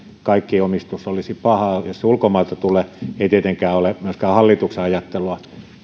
kaikki omistus olisi pahaa jos se ulkomailta tulee ei tietenkään ole myöskään hallituksen ajattelua